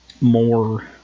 more